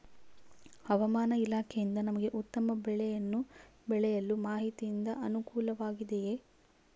ಹವಮಾನ ಇಲಾಖೆಯಿಂದ ನಮಗೆ ಉತ್ತಮ ಬೆಳೆಯನ್ನು ಬೆಳೆಯಲು ಮಾಹಿತಿಯಿಂದ ಅನುಕೂಲವಾಗಿದೆಯೆ?